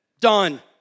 Done